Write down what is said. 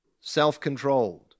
self-controlled